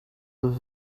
with